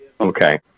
Okay